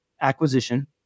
acquisition